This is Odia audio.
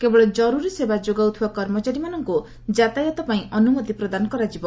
କେବଳ ଜରୁରୀ ସେବା ଯୋଗାଉଥିବା କର୍ମଚାରୀମାନଙ୍କୁ ଯାତାୟତ ପାଇଁ ଅନୁମତି ପ୍ରଦାନ କରାଯିବ